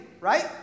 right